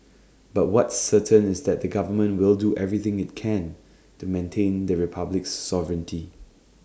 but what's certain is that the government will do everything IT can to maintain the republic's sovereignty